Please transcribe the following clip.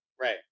Right